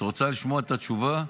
את רוצה לשמוע את התשובה?